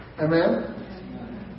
Amen